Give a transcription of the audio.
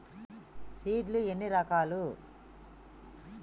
Seed లు ఎన్ని రకాలు?